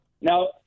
Now